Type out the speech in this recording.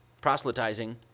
proselytizing